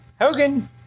hogan